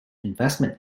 investment